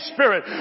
Spirit